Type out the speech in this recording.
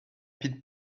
pit